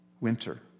Winter